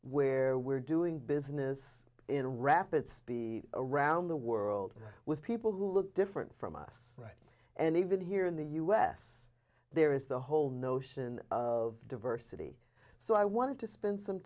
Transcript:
where we're doing business in rapid speed around the world with people who look different from us right and even here in the u s there is the whole notion of diversity so i wanted to spend some